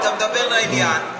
אתה מדבר לעניין,